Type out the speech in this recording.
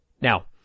Now